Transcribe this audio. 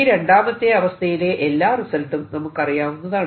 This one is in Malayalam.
ഈ രണ്ടാമത്തെ അവസ്ഥയിലെ എല്ലാ റിസൾട്ടും നമുക്കറിയാവുന്നതാണ്